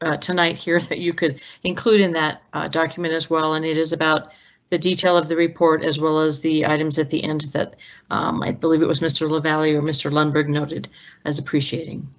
ah tonight here that you could include in that document as well and it is about the detail of the report as well as the items at the end that i believe it was mr lavalley or mr. lundberg noted as appreciating.